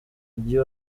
mujyi